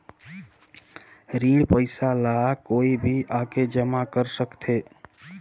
ऋण पईसा ला कोई भी आके जमा कर सकथे?